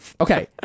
Okay